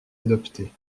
adopter